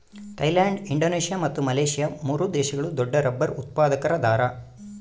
Thailand Indonesia ಮತ್ತು Malaysia ಮೂರು ದೇಶಗಳು ದೊಡ್ಡರಬ್ಬರ್ ಉತ್ಪಾದಕರದಾರ